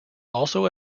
also